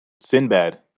Sinbad